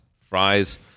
Fries